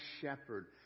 shepherd